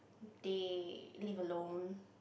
they live alone